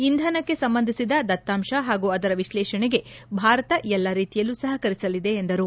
ಇಂಧನಕ್ಕೆ ಸಂಬಂಧಿಸಿದ ದತ್ತಾಂಶ ಹಾಗೂ ಅದರ ವಿಶ್ಲೇಷಣೆಗೆ ಭಾರತ ಎಲ್ಲಾ ರೀತಿಯಲ್ಲೂ ಸಹಕರಿಸಲಿದೆ ಎಂದರು